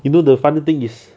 you know the funny thing is